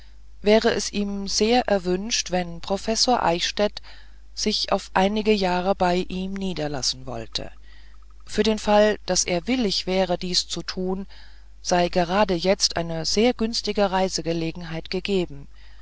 wäre es ihm sehr erwünscht wenn professor eichstädt sich auf einige jahre bei ihm niederlassen wollte für den fall daß er willens wäre dies zu tun sei gerade jetzt eine sehr günstige reisegelegenheit gegeben